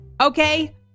Okay